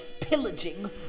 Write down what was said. Pillaging